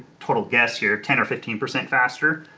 total guess here, ten or fifteen percent faster,